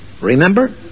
Remember